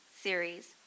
series